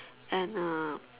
and a